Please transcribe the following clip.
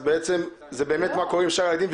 אז בעצם מה קורה עם שאר הילדים?